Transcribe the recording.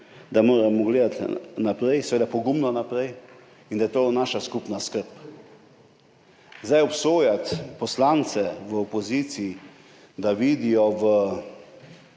da moramo gledati naprej, pogumno naprej in da je to naša skupna skrb. Obsojati poslance v opoziciji, da vidijo